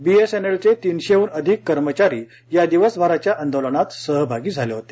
बीएसएनएलचे तीनशेहून अधिक कर्मचारी या दिवसभराच्या आंदोलनात सहभागी झाले होते